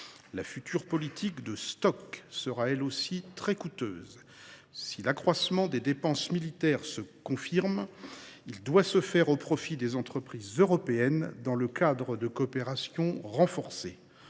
La future politique de stocks sera, elle aussi, très coûteuse. Si l’accroissement des dépenses militaires se confirme, il doit se faire au profit des entreprises européennes, dans un cadre de coopération renforcée.